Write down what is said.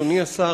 אדוני השר,